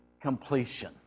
completion